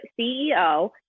CEO